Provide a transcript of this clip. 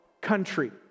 country